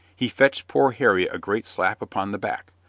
he fetched poor harry a great slap upon the back,